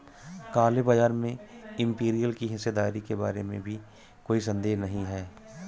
काले बाजार में इंपीरियल की हिस्सेदारी के बारे में भी कोई संदेह नहीं है